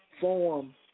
form